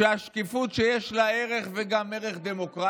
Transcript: אני חושב שהשקיפות, שיש לה ערך, וגם ערך דמוקרטי,